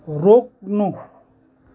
रोक्नु